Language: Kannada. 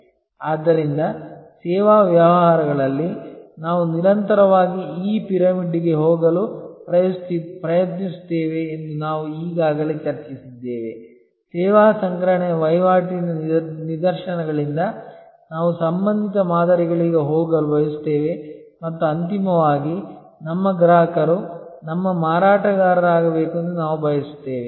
ಆದ್ದರಿಂದ ಸೇವಾ ವ್ಯವಹಾರಗಳಲ್ಲಿ ನಾವು ನಿರಂತರವಾಗಿ ಈ ಪಿರಮಿಡ್ಗೆ ಹೋಗಲು ಪ್ರಯತ್ನಿಸುತ್ತೇವೆ ಎಂದು ನಾವು ಈಗಾಗಲೇ ಚರ್ಚಿಸಿದ್ದೇವೆ ಸೇವಾ ಸಂಗ್ರಹಣೆಯ ವಹಿವಾಟಿನ ನಿದರ್ಶನಗಳಿಂದ ನಾವು ಸಂಬಂಧಿತ ಮಾದರಿಗಳಿಗೆ ಹೋಗಲು ಬಯಸುತ್ತೇವೆ ಮತ್ತು ಅಂತಿಮವಾಗಿ ನಮ್ಮ ಗ್ರಾಹಕರು ನಮ್ಮ ಮಾರಾಟಗಾರರಾಗಬೇಕೆಂದು ನಾವು ಬಯಸುತ್ತೇವೆ